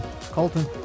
Colton